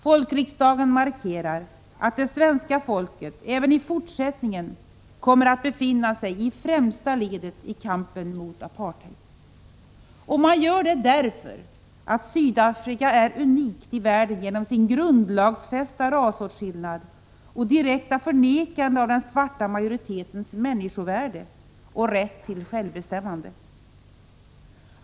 Folkriksdagen markerar att det svenska folket även i fortsättningen kommer att befinna sig i främsta ledet i kampen mot apartheid. Detta sker därför att Sydafrika är unikt i världen genom sin grundlagsfästa rasåtskillnad och sitt direkta förnekande av den svarta majoritetens människovärde och rätt till självbestämmande.